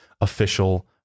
official